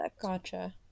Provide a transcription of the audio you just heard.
Gotcha